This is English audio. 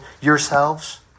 yourselves